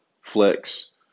flex